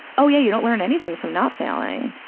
oh, yeah. you don't learn anything from not failing.